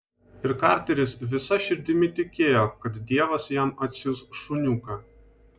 ir karteris visa širdimi tikėjo kad dievas jam atsiųs šuniuką